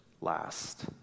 last